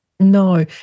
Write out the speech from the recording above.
No